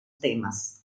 temas